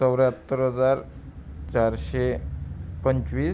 चौऱ्याहत्तर हजार चारशे पंचवीस